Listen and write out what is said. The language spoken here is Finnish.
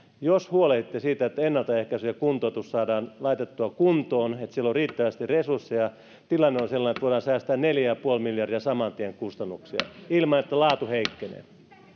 jos huolehditte siitä että ennaltaehkäisy ja kuntoutus saadaan laitettua kuntoon ja että siellä on riittävästi resursseja niin tilanne on sellainen että voidaan säästää neljä pilkku viisi miljardia saman tien kustannuksista ilman että laatu heikkenee